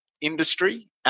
industry